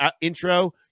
intro